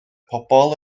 pobl